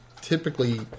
typically